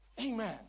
Amen